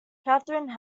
katharine